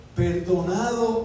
perdonado